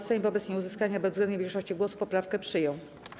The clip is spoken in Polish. Sejm wobec nieuzyskania bezwzględnej większości głosów poprawkę przyjął.